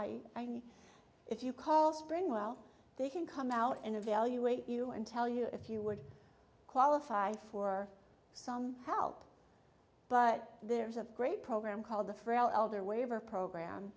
mean if you call spring well they can come out and evaluate you and tell you if you would qualify for some help but there is a great program called the frail elder waiver program